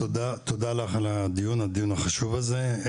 אז תודה לך על הדיון החשוב הזה.